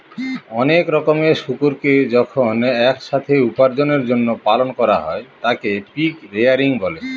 অনেক রকমের শুকুরকে যখন এক সাথে উপার্জনের জন্য পালন করা হয় তাকে পিগ রেয়ারিং বলে